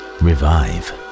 revive